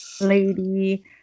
Lady